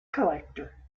collector